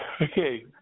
Okay